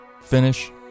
finish